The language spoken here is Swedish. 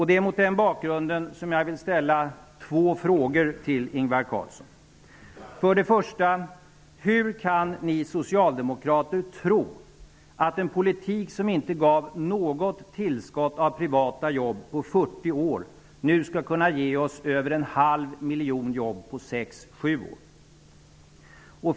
Det är mot denna bakgrund som jag vill ställa två frågor till Ingvar För det första: Hur kan ni socialdemokrater tro att en politik som inte gav något tillskott av privata jobb under 40 år nu skall kunna ge oss över en halv miljon jobb under 6--7 år?